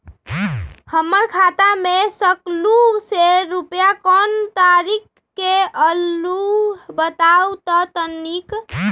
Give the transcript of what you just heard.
हमर खाता में सकलू से रूपया कोन तारीक के अलऊह बताहु त तनिक?